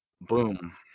Boom